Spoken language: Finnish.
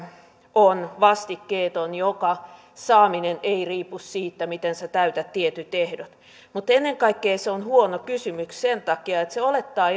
on vastikkeeton jonka saaminen ei riipu siitä miten sinä täytät tietyt ehdot mutta ennen kaikkea se on huono kysymys sen takia että se olettaa